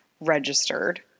registered